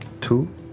two